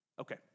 Okay